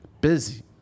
Busy